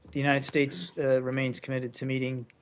the united states remains committed to meeting